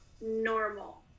normal